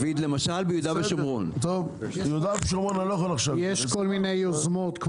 יש כל מיני יוזמות,